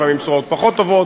לפעמים זה בשורות פחות טובות.